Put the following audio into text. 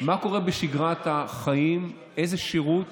מה קורה בשגרת החיים, איזה שירות